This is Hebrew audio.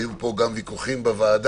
והיו פה גם ויכוחים בוועדה,